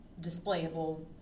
displayable